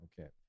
Okay